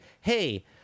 Hey